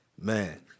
man